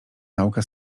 nauka